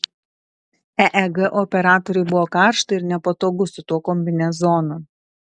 eeg operatoriui buvo karšta ir nepatogu su tuo kombinezonu